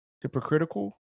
hypocritical